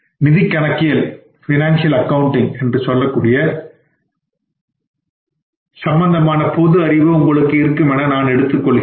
நிதி கணக்கியல் சம்பந்தமான பொதுஅறிவு உங்களுக்கு இருக்கும் என நான் எடுத்துக் கொள்கிறேன்